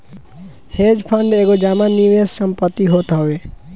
hedge fund एगो जमा निवेश संपत्ति होत हवे